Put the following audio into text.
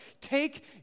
Take